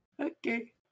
Okay